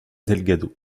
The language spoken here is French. delgado